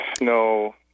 No